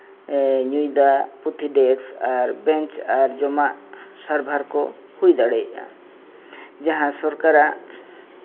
ᱧᱩᱭ ᱫᱟᱜ ᱯᱩᱛᱷᱤ ᱰᱮᱹᱥᱠ ᱟᱨ ᱵᱮᱧ ᱟᱨ ᱡᱚᱢᱟᱜ ᱥᱟᱨᱵᱷᱟᱨ ᱠᱚ ᱦᱩᱭ ᱫᱟᱲᱮᱭᱟᱜᱼᱟ ᱡᱟᱦᱟᱸ ᱥᱚᱨᱠᱟᱨᱟᱜ